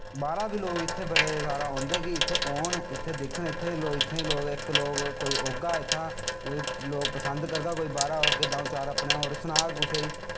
बाहरा दे लोग इत्थें बड़े औंदे की इत्थें औन ते इत्थें दिक्खन की इत्थें इक्क लोग कोई औगा इत्थां तां इत्थां पसंद करगा ते अपने होर इक्क दौ गी सनाग इत्थां दे